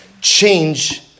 Change